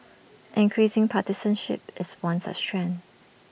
increasing partisanship is one such trend